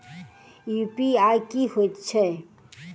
UPI की हएत छई?